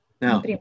Now